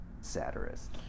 satirist